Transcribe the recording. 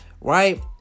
right